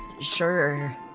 sure